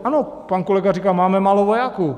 Ano, pan kolega říkal, máme málo vojáků.